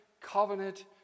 covenant